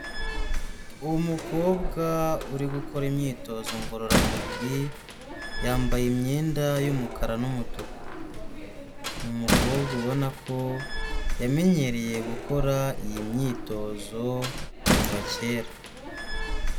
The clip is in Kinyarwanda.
Umukobwa uri gukora imyitozo ngororamubiri, yambaye imyenda y'umukara n'umutuku. Ni umukobwa ubona ko yamenyereye gukora iyi myitozo kuva kera.